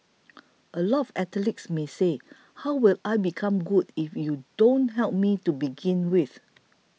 a lot of athletes may say How will I become good if you don't help me to begin with